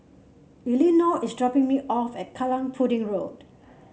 Elinor is dropping me off at Kallang Pudding Road